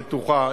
בטוחה,